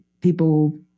people